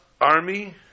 army